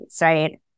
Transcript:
right